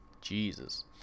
Jesus